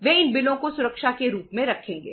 वे इन बिलों को सुरक्षा के रूप में रखेंगे